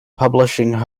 publishing